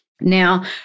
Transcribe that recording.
Now